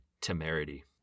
temerity